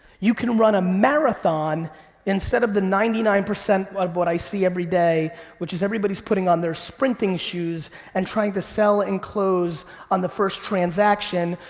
you can run a marathon instead of the ninety nine percent of what i see everyday which is everybody's putting on their sprinting shoes and trying to sell and close on the first transaction,